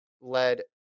led